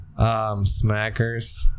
Smackers